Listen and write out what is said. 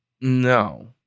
No